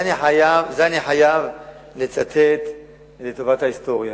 חייב לצטט לטובת ההיסטוריה.